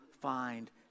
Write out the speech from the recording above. find